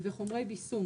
אלה חומרי בישום.